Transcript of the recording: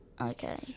Okay